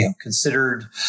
considered